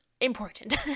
important